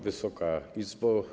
Wysoka Izbo!